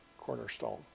cornerstone